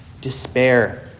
despair